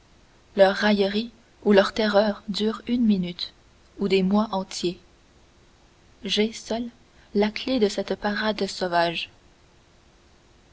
leur raillerie ou leur terreur dure une minute ou des mois entiers j'ai seul la clef de cette parade sauvage